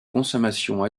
consommation